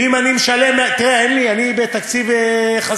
ואם אני משלם, תראה, אני בתקציב חסר,